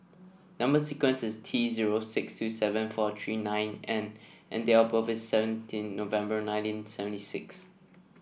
number sequence is T zero six two seven four three nine N and and date of birth is seventeen November nineteen seventy six